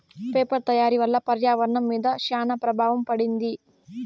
paper తయారీ వల్ల పర్యావరణం మీద శ్యాన ప్రభావం పడింది